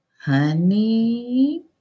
Honey